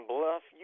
Bluff